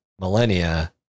millennia